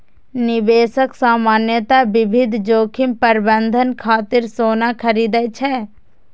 निवेशक सामान्यतः विविध जोखिम प्रबंधन खातिर सोना खरीदै छै